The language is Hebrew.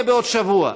יהיה בעוד שבוע.